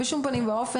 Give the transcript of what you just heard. בשום פנים ואופן,